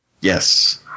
Yes